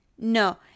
No